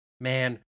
Man